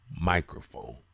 microphone